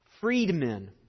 freedmen